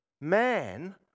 Man